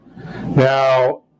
Now